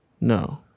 No